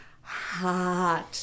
hot